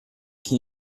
can